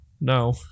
No